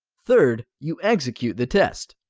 third, you execute the test.